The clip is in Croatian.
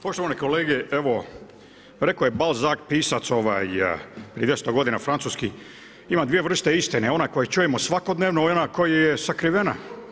Poštovani kolege, evo rekao je Balzac pisac prije 200 godina, francuski, ima dvije vrste istine, ona koju čujemo svakodnevno i ona koja je sakrivena.